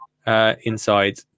Inside